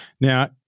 Now